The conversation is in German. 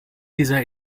dieser